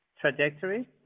trajectory